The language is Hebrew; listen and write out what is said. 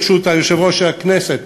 ברשות יושב-ראש הכנסת,